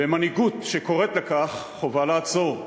ומנהיגות שקוראת לכך חובה לעצור,